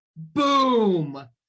boom